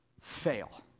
fail